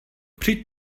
přijď